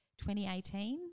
2018